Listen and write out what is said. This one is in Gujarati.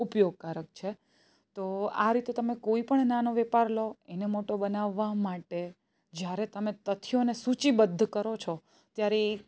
ઉપયોગકારક છે તો આ રીતે તમે કોઈ પણ નાનો વેપાર લો એને મોટો બનાવવા માટે જ્યારે તમે તથ્યોને સૂચિબદ્ધ કરો છો ત્યારે એ